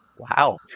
wow